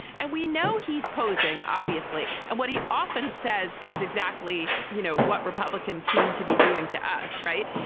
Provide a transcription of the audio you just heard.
and we know he's posing, obviously. and what he often says is exactly, you know, what republicans seem to be doing to us. right.